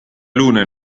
luna